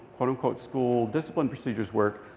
quote, unquote, school discipline procedures work,